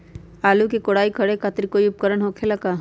आलू के कोराई करे खातिर कोई उपकरण हो खेला का?